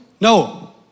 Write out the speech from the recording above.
No